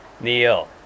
neil